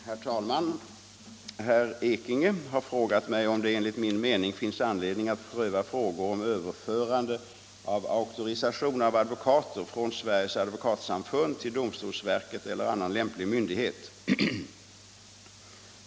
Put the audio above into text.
Herr talman! Herr Ekinge har frågat om det enligt min mening finns anledning att pröva frågan om överförande av auktorisation av advokater från Sveriges Advokatsamfund till domstolsverket eller annan lämplig myndighet.